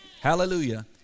Hallelujah